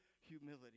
humility